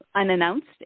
unannounced